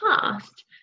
past